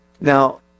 Now